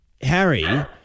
Harry